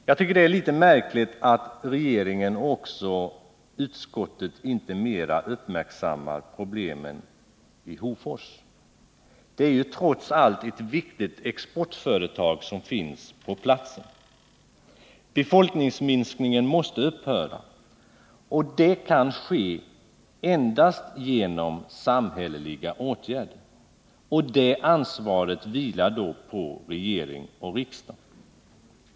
Jag tycker att det är något märkligt att regeringen och utskottet inte mera uppmärksammar problemen i Hofors. Det är ju trots allt ett viktigt exportföretag som finns på platsen. Befolkningsminskningen måste upphöra, och det kan endast ske med hjälp av samhälleliga åtgärder. Ansvaret för detta vilar då på regering och riksdag.